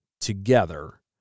together